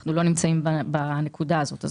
אנחנו לא נמצאים בנקודה הזאת.